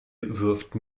wirft